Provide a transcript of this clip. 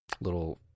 little